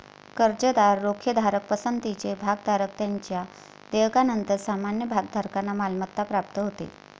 कर्जदार, रोखेधारक, पसंतीचे भागधारक यांच्या देयकानंतर सामान्य भागधारकांना मालमत्ता प्राप्त होते